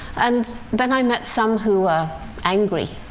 and then i met some who were angry,